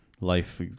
Life